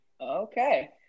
Okay